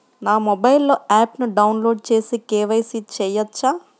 నా మొబైల్లో ఆప్ను డౌన్లోడ్ చేసి కే.వై.సి చేయచ్చా?